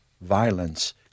violence